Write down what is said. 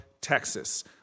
Texas